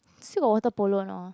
still got water polo or not ah